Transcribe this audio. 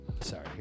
Sorry